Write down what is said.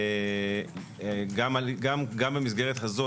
גם במסגרת הזאת,